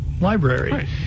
library